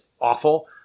awful